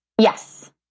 Yes